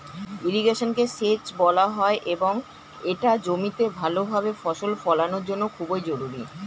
ইরিগেশনকে সেচ বলা হয় এবং এটা জমিতে ভালোভাবে ফসল ফলানোর জন্য খুবই জরুরি